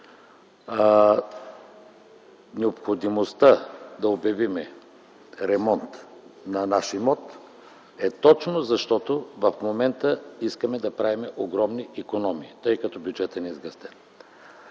Необходимостта да обявим ремонт на наш имот е точно защото в момента искаме да правим огромни икономии, тъй като бюджетът ни е сгъстен.